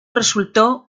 resultó